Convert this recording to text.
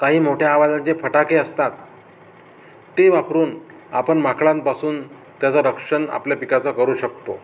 काही मोठ्या आवाजात जे फटाके असतात ते वापरून आपण माकडांपासून त्याचं रक्षण आपल्या पिकाचं करू शकतो